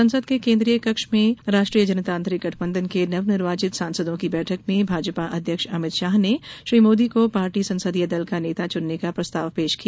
संसद के केंद्रीय कक्ष में राजग के नवनिर्वाचित सांसदों की बैठक में भाजपा अध्यक्ष अमित शाह ने श्री मोदी को पार्टी संसदीय दल का नेता चुनने का प्रस्ताव पेश किया